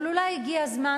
אבל אולי הגיע הזמן,